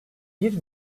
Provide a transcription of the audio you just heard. bir